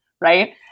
right